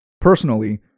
Personally